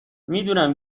میدونم